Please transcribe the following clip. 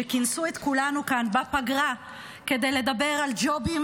שכינסו את כולנו כאן בפגרה כדי לדבר על ג'ובים